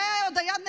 ועוד היד נטויה.